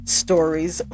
stories